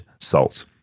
salt